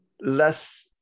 less